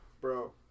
Bro